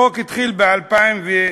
אראל מרגלית